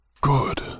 Good